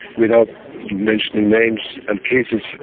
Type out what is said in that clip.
without mentioning names and cases,